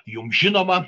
jums žinoma